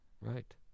Right